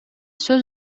сөз